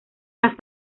las